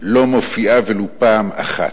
לא מופיעה ולו פעם אחת.